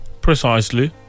precisely